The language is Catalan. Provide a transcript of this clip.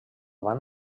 van